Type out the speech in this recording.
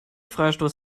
freistoß